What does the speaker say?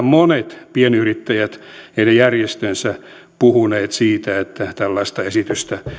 monet pienyrittäjät ja heidän järjestönsä puhuneet siitä että tällaista esitystä